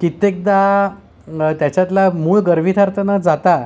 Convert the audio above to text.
कित्येकदा त्याच्यातला मूळ गर्भितार्थ न जाता